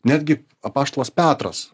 netgi apaštalas petras